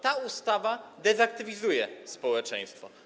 Ta ustawa dezaktywizuje społeczeństwo.